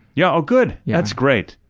yeah oh good! yeah that's great,